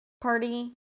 party